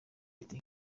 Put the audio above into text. iti